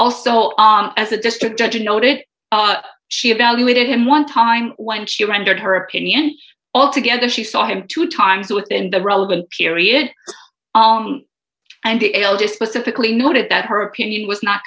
also on as a district judge a noted she valued him one time when she rendered her opinion all together she saw him two times within the relevant period and the eldest specifically noted that her opinion was not